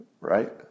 right